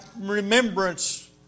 remembrance